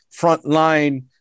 frontline